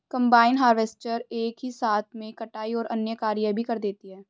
combine harvester एक ही साथ में कटाई और अन्य कार्य भी कर देती है